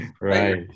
Right